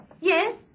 Yes